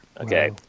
okay